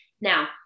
Now